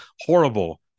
Horrible